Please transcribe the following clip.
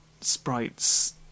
sprites